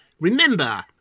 Remember